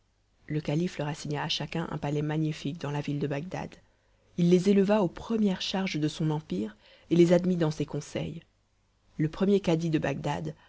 le calife leur assigna à chacun un palais magnifique dans la ville de bagdad il les éleva aux premières charges de son empire et les admit dans ses conseils le premier cadi de bagdad